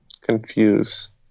confuse